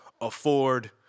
afford